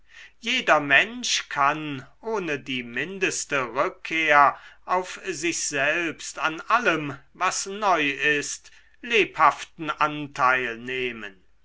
jeder mensch kann ohne die mindeste rückkehr auf sich selbst an allem was neu ist lebhaften anteil nehmen